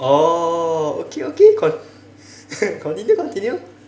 oh okay okay con~ continue continue